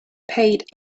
paid